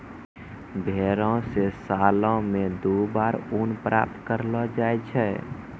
भेड़ो से सालो मे दु बार ऊन प्राप्त करलो जाय छै